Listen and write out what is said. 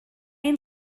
ein